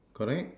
correct